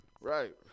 Right